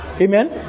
Amen